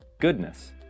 goodness